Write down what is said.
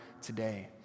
today